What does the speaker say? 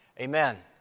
Amen